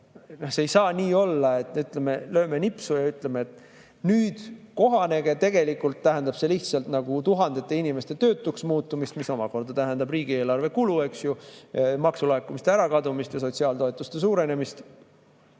lööme nipsu ja ütleme, et nüüd kohanege. Tegelikult tähendab see lihtsalt tuhandete inimeste töötuks [jäämist], mis omakorda tähendab riigieelarvele kulu, eks ju, maksulaekumiste ärakadumist ja sotsiaaltoetuste suurenemist.